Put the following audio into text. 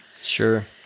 Sure